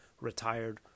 retired